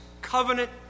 covenant